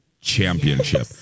Championship